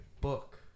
book